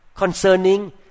Concerning